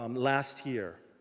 um last year.